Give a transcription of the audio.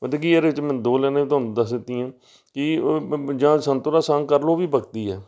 ਪਤਾ ਕੀ ਇਹਦੇ ਵਿੱਚ ਮੈਂ ਦੋ ਲਾਇਨਾਂ ਤੁਹਾਨੂੰ ਦੱਸ ਦਿੱਤੀਆਂ ਕਿ ਪੰਜਾਹ ਸੰਤੋ ਕਾ ਸੰਗ ਕਰ ਲਓ ਉਹ ਵੀ ਭਗਤੀ ਆ